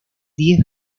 diez